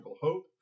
hope